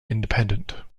independent